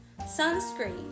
sunscreen